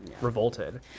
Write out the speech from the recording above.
revolted